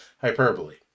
hyperbole